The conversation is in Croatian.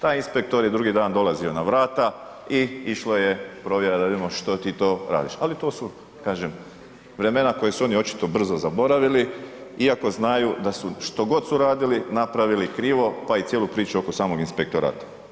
Taj inspektor je drugi dan dolazi na vrata i išlo je provjera da vidimo što ti to radiš ali to su kažem vremena koja su očito oni brzo zaboravili iako znaju da su što god su radili, napravili krivo pa i cijelu priču oko samog inspektorata.